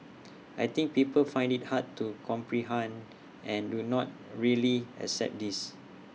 I think people find IT hard to comprehend and do not really accept this